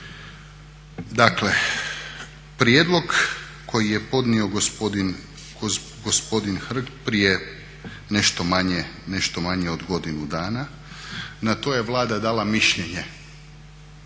Dakle, prijedlog koji je podnio gospodin Hrg prije nešto manje od godinu dana na to je Vlada dala mišljenje